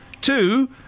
two